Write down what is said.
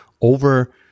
over